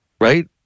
right